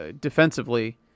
Defensively